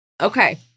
Okay